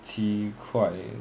七块